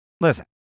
Listen